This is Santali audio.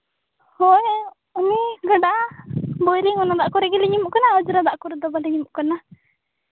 ᱦᱳᱭ ᱚᱱᱮ ᱜᱟᱰᱟ ᱵᱳᱨᱤᱝ ᱚᱱᱟ ᱫᱟᱜ ᱠᱚᱨᱮ ᱜᱮᱞᱤᱧ ᱩᱢᱩᱜ ᱠᱟᱱᱟ ᱚᱸᱡᱽᱨᱟ ᱫᱟᱜ ᱠᱚᱨᱮ ᱫᱚ ᱵᱟᱹᱞᱤᱧ ᱩᱢᱩᱜ ᱠᱟᱱᱟ